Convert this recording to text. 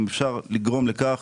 אני חושב, אולי אפשר לגרום לכך